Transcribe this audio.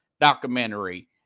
documentary